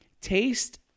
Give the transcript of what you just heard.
taste